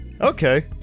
Okay